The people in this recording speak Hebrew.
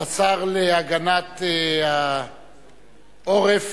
תודה לשר להגנת העורף.